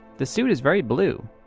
the suit is very blue.